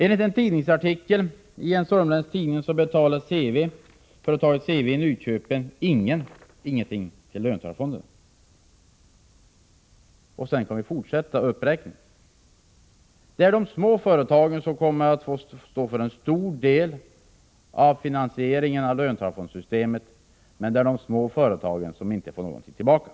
Enligt en tidningsartikel i en sörmländsk tidning betalar företaget Cewe AB i Nyköping ingenting till löntagarfonderna. Jag skulle kunna fortsätta denna uppräkning. Det är de små företagen som kommer att få stå för en stor del av finansieringen av löntagarfondssystemet, men de får inte någonting tillbaka.